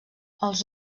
els